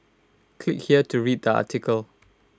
click here to read the article